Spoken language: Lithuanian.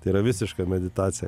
tai yra visiška meditacija